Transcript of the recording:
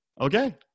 okay